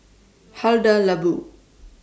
Hada Labo